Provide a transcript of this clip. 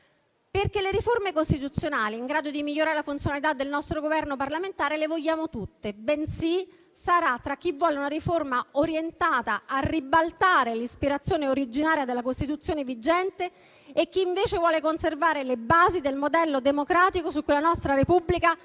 vogliamo riforme costituzionali in grado di migliorare la funzionalità del nostro governo parlamentare), bensì tra chi vuole una riforma orientata a ribaltare l'ispirazione originaria della Costituzione vigente e chi vuole, invece, con la riforma, conservare le basi del modello democratico su cui la nostra Repubblica